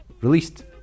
released